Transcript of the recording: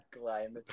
climate